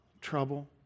trouble